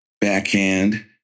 backhand